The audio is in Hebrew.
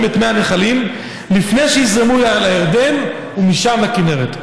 את מי הנחלים לפני שיזרמו לירדן ומשם לכינרת.